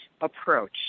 approach